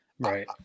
Right